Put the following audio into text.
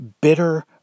bitter